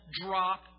drop